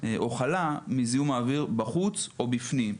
או חלה מזיהום האוויר בחוץ או בפנים.